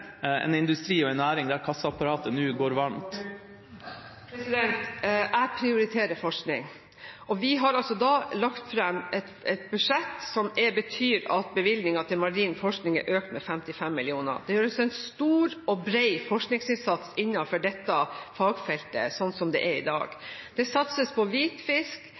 en industri og en næring der kassaapparatet nå går varmt. Jeg prioriterer forskning. Vi har da også lagt fram et budsjett som betyr at bevilgningen til marin forskning er økt med 55 mill. kr. Det gir oss en stor og bred forskningsinnsats innenfor dette fagfeltet sånn som det er i dag. Det satses på